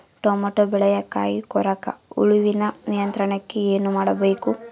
Tomato ಬೆಳೆಯ ಕಾಯಿ ಕೊರಕ ಹುಳುವಿನ ನಿಯಂತ್ರಣಕ್ಕೆ ಏನು ಮಾಡಬೇಕು?